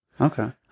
Okay